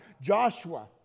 Joshua